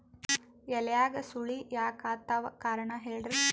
ಎಲ್ಯಾಗ ಸುಳಿ ಯಾಕಾತ್ತಾವ ಕಾರಣ ಹೇಳ್ರಿ?